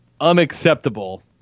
unacceptable